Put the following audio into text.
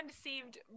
seemed